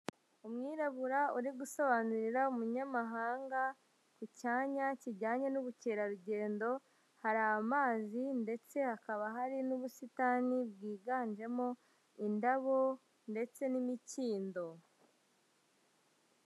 Umwirabura uri gusobanurira umunyamahanga ku cyanya kijyanye n'ubukerarugendo, hari amazi ndetse hakaba hari n'ubusitani bwiganjemo indabo ndetse n'imikindo.